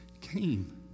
came